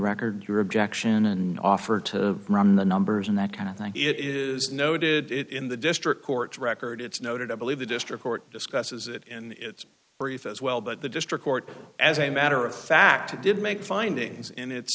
record your objection and offer to run the numbers and that kind of thing it is noted it in the district court record it's noted i believe the district court discusses it in its brief as well but the district court as a matter of fact did make findings in it